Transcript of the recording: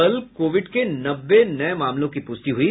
कल कोविड के नब्बे नये मामलों की पुष्टि हुई